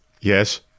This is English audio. Yes